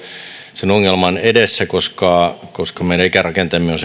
sen ongelman edessä koska koska meidän ikärakenteemme on